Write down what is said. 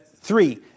Three